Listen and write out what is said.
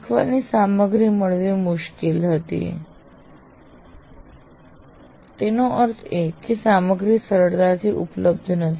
શીખવાની સામગ્રી મળવી મુશ્કેલ હતી તેનો અર્થ એ કે સામગ્રી સરળતાથી ઉપલબ્ધ નથી